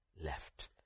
left